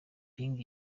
ping